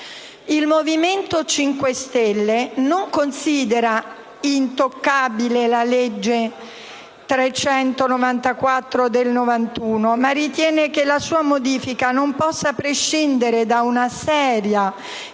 Il Movimento 5 Stelle non considera intoccabile la legge n. 394 del 1991, ma ritiene che la sua modifica non possa prescindere da una seria